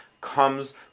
comes